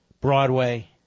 Broadway